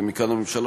ומכאן הממשלה,